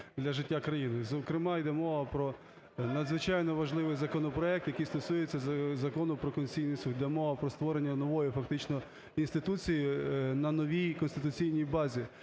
для життя країни, зокрема йде мова про надзвичайно важливий законопроект, який стосується Закону про Конституційний Суд. Йде мова про створення нової фактично інституції на новій конституційній базі.